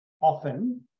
often